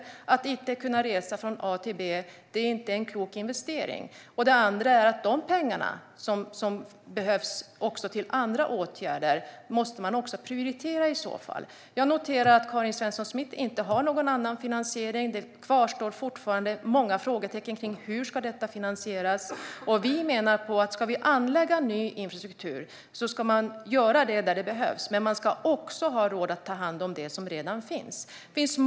Om man inte kan resa från punkt a till punkt b är det inte en klok investering. Dessutom måste man prioritera de pengar som behövs till andra åtgärder. Jag noterar att Karin Svensson Smith inte har någon annan finansiering. Det kvarstår fortfarande många frågetecken kring hur detta ska finansieras. Vi menar att ska man anlägga ny infrastruktur ska man göra det där det behövs, men man ska också ha råd att ta hand om det som redan finns.